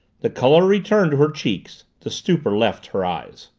the color returned to her cheeks, the stupor left her eyes.